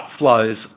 outflows